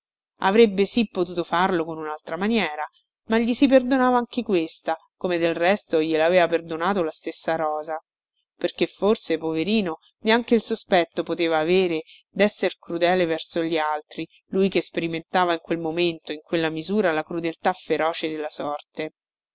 avrebbe sì potuto farlo con un altra maniera ma gli si perdonava anche questa come del resto glielaveva perdonato la stessa rosa perché forse poverino neanche il sospetto poteva avere desser crudele verso gli altri lui che sperimentava in quel momento e in quella misura la crudeltà feroce della sorte